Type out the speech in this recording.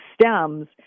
stems